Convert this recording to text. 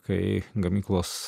kai gamyklos